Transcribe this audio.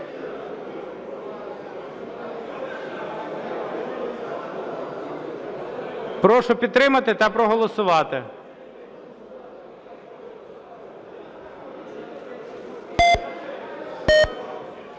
Прошу підтримати та проголосувати.